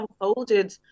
unfolded